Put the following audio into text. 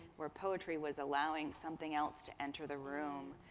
where poetry was allowing something else to enter the room